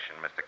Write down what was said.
Mr